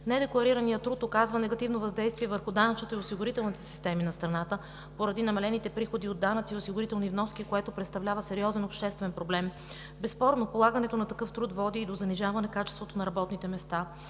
законодателство. Той оказва негативно въздействие върху данъчната и осигурителната системи на страната поради намалените приходи от данъци и осигурителни вноски, което представлява сериозен обществен проблем. Безспорно полагането на такъв труд води и до занижаване качеството на работните места.